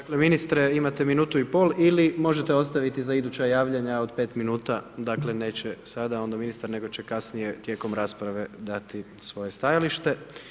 Dakle, ministre imate minutu i pol ili možete ostaviti za iduća javljanja od 5 minuta, dakle neće sada onda ministar nego će kasnije tijekom rasprave dati svoje stajalište.